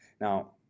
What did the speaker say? Now